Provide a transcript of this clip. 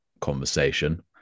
conversation